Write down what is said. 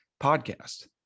podcast